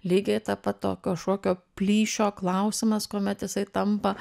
lygiai tą pat tokio šokio plyšio klausimas kuomet jisai tampa